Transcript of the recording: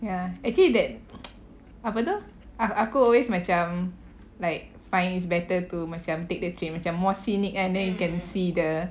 ya actually that apa tu aku always macam like find it's better to macam take the train macam more scenic and then you can see the